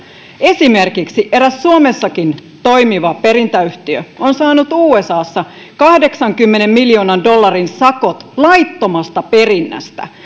esimerkiksi eräs suomessakin toimiva perintäyhtiö on saanut usassa kahdeksankymmenen miljoonan dollarin sakot laittomasta perinnästä